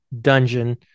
dungeon